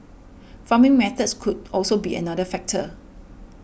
farming methods could also be another factor